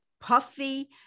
puffy